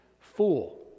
fool